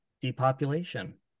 depopulation